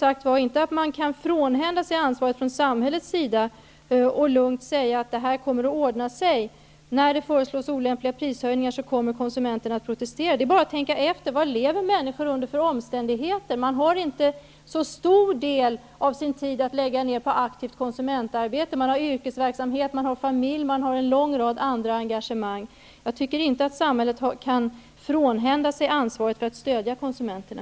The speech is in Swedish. Man kan, som sagt, inte frånhända sig ansvaret från samhällets sida med att lugnt säga att det kommer att ordna sig och att konsumenterna kommer att protestera när det föreslås olämpliga prishöjningar. Tänk efter! Under vilka omständigheter lever människor? Man har inte så stor del av sin tid över till aktivt konsumentarbete. Det är yrkesverksamhet, familj och en lång rad andra engagemang som upptar ens tid. Enligt min uppfattning kan inte samhället frånhända sig ansvaret för att stödja konsumenterna.